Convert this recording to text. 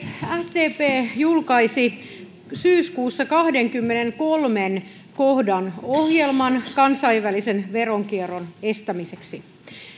sdp julkaisi syyskuussa kahdennenkymmenennenkolmannen kohdan ohjelman kansainvälisen veronkierron estämiseksi